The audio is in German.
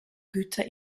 güter